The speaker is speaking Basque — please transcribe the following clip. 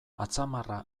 atzamarra